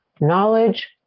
Knowledge